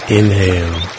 Inhale